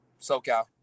SoCal